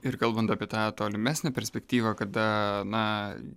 ir kalbant apie tą tolimesnę perspektyvą kada na